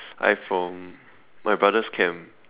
I from my brother's camp